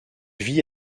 vit